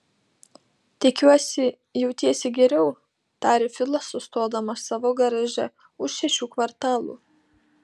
tikiuosi jautiesi geriau tarė filas sustodamas savo garaže už šešių kvartalų